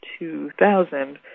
2000